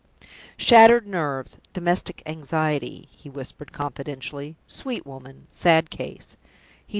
shattered nerves domestic anxiety, he whispered, confidentially. sweet woman! sad case!